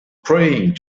praying